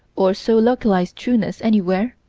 or so localize trueness anywhere,